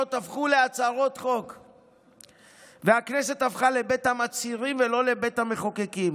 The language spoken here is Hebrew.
שהוגשו עד הכנסת העשרים קפץ יותר מפי שניים.